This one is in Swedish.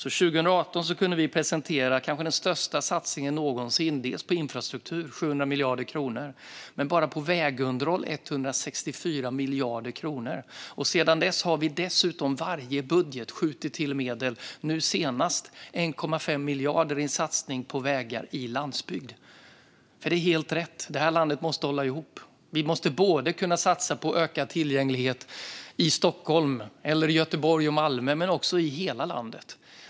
År 2018 kunde vi presentera den kanske största satsningen på infrastruktur - 700 miljarder kronor. Bara på vägunderhåll satsade vi 164 miljarder kronor. Sedan dess har vi skjutit till medel i varje budget. Nu senast blev det 1,5 miljarder i en satsning på vägar i landsbygd. Det är helt rätt: landet måste hålla ihop. Vi måste kunna satsa på ökad tillgänglighet både i Stockholm, Göteborg och Malmö och i hela landet.